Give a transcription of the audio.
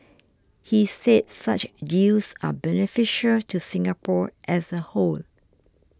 he said such deals are beneficial to Singapore as a whole